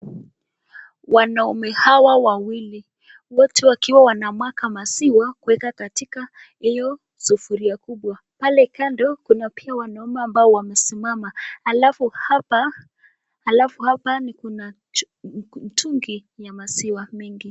Wanaume hawa wawili. Wote wakiwa wanamwaga maziwa, kuweka katika hiyo sufuria hiyo kubwa. Pale kando, kuna pia wanaume ambao wamesimama, pale . Alafu hapa alafu hapa kuna mitungi ya maziwa mingi.